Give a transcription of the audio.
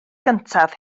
gyntaf